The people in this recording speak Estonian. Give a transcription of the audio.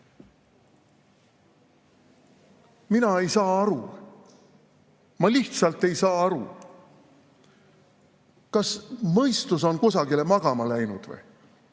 ei saa aru. Ma lihtsalt ei saa aru! Kas mõistus on kusagile magama läinud või?